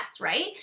right